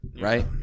Right